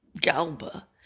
Galba